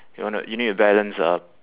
you wanna you need to balance a